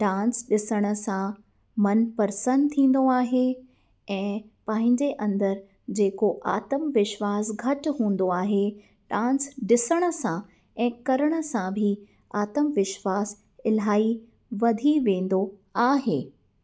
dance ॾिसण सां मनु प्रसन्न थींदो आहे ऐं पंहिंजे अंदरि जेको आत्मविश्वास घटि हूंदो आहे डांस ॾिसण सां ऐं करण सां बि आत्मविश्वास इलाही वधी वेंदो आहे